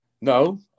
No